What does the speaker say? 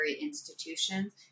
institutions